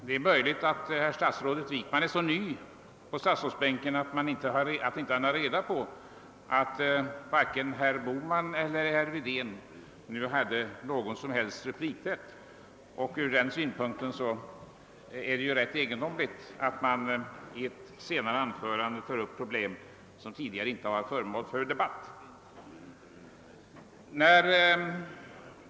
Det är möjligt att statsrådet Wickman är så ny på statsrådsbänken att han inte vet att varken herr Bohman eller herr Wedén nu har någon som helst replikrätt och att det därför framstår som rätt egendomligt att statsrådet på detta sätt tog upp problem som tidigare inte varit föremål för debatt.